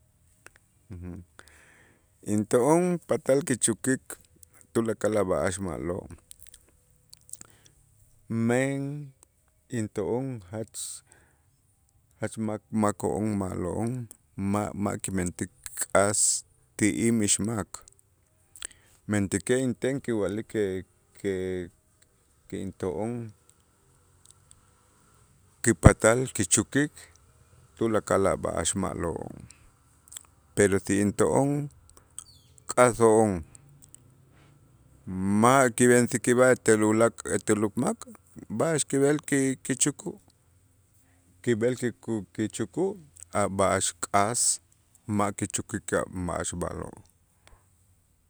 Into'on patal kichäkik tulakal a' b'a'ax ma'lo' men into'on jatz jatz mak- mako'on ma'lo'on ma'-ma' kimentik k'as ti'ij mixmak, mentäkej inten kinwa'lik que que que into'on kipatal kichäkik tulakal a' b'a'ax ma'lo', pero si into'on k'aso'on ma' kib'ensik kib'aj etel ulaak' etel luk mak b'a'ax kib'el ki- kichäkä', kib'el kiku kichäkä' a' b'a'ax k'as ma' kichäkik a' b'a'ax ma'lo'.